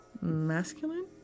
masculine